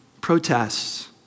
protests